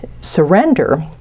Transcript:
surrender